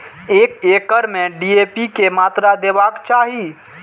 एक एकड़ में डी.ए.पी के मात्रा देबाक चाही?